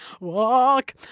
Walk